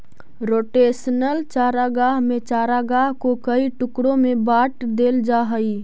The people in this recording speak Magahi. रोटेशनल चारागाह में चारागाह को कई टुकड़ों में बांट देल जा हई